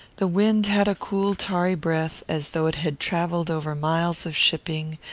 the wind had a cool tarry breath, as though it had travelled over miles of shipping,